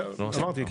אמרתי,